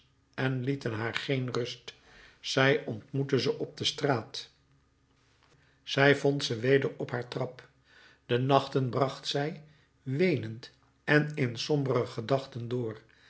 en lieten haar geen rust zij ontmoette ze op de straat zij vond ze weder op haar trap de nachten bracht zij weenend en in sombere gedachten door